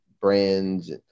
brands